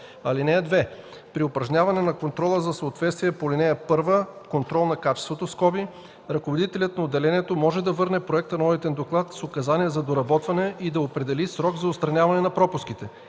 палата. (2) При упражняване на контрола за съответствие по ал. 1 (контрол на качеството) ръководителят на отделението може да върне проекта на одитен доклад с указания за доработване и да определи срок за отстраняване на пропуските.